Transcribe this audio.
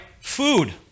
Food